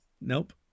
nope